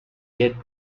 yet